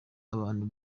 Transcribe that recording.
abantu